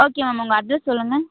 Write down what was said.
okay ma'am உங்கள் address சொல்லுங்கள்